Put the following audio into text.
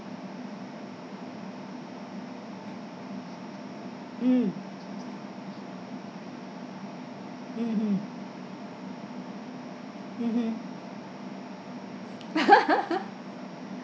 mm mmhmm mmhmm